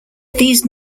these